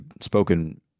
spoken